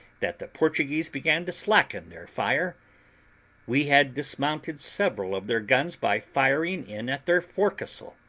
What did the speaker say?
that the portuguese began to slacken their fire we had dismounted several of their guns by firing in at their forecastle,